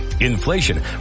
inflation